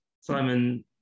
Simon